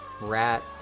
rat